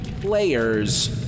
players